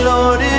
Lord